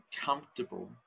comfortable